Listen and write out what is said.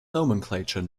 nomenclature